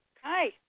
Hi